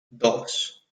dos